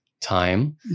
time